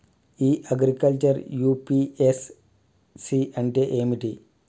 ఇ agriculture UPSC అంటే ఏమిటి?